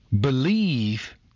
Believe